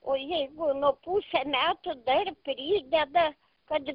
o jeigu nuo pusę metų dar prideda kad